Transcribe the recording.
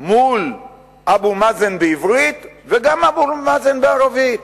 מול אבו מאזן בעברית ואבו מאזן בערבית.